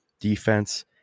defense